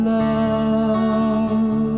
love